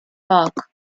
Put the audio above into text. park